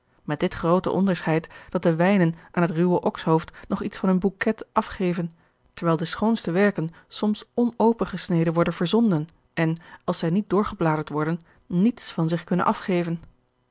met dit groote onderscheid dat de wijnen aan het ruwe okshoofd nog iets van hun bouquet afgeven terwijl de schoonste werken soms onopengesneden worden verzonden en als zij niet doorgebladerd worden niets van zich kunnen afgeven